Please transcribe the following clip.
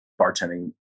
bartending